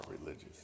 religious